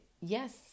yes